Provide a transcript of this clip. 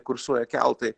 kursuoja keltai